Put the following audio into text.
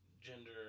gender